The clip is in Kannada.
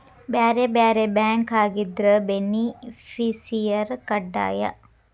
ಬ್ಯಾರೆ ಬ್ಯಾರೆ ಬ್ಯಾಂಕ್ ಆಗಿದ್ರ ಬೆನಿಫಿಸಿಯರ ಕಡ್ಡಾಯ